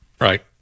Right